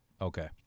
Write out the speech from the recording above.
Okay